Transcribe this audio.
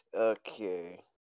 Okay